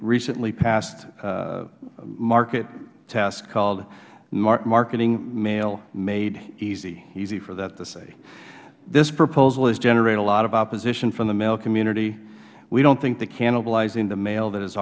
recently passed market test called marketing mail made easy easy for that to say this proposal has generated a lot of opposition from the mail community we don't think that cannibalizing the mail that is